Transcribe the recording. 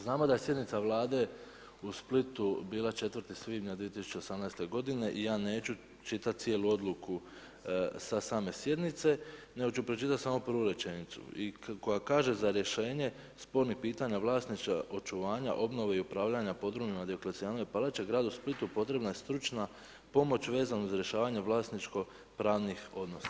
Znamo da je sjednica vlade u Splitu bila 4. svibnja 2018. godine i ja neću čitat cijelu odluku sa same sjednice, nego ću pročitat samo prvu rečenicu koja kaže: Za rješenje spornih pitanja vlasništva, očuvanja, obnove i upravljanja podrumima Dioklecijanove palače, gradu Splitu potrebna je stručna pomoć vezano uz rješavanje vlasničko pravnih odnosa.